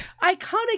iconic